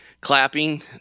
clapping